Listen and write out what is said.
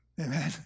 amen